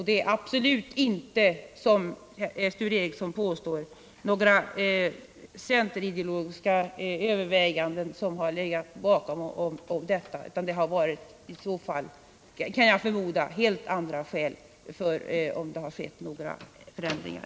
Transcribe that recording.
Det är absolut inte som Sture Ericson påstår några centerideologiska överväganden som har legat bakom, utan det har, kan jag förmoda, varit helt andra skäl, om det skett några ändringar.